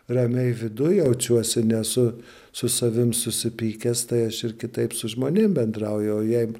ramiai viduj jaučiuosi nesu su savim susipykęs tai aš ir kitaip su žmonėm bendrauju o jei